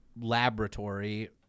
laboratory